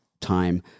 time